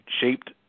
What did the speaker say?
shaped